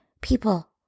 People